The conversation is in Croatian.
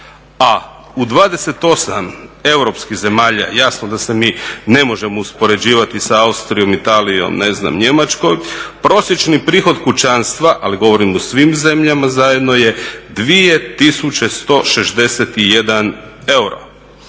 a u 28 europskih zemalja, jasno da se mi ne možemo uspoređivati sa Austrijom, Italijom, ne znam Njemačkom, prosječni prihod kućanstva ali govorim u svim zemljama zajedno je 2161 euro.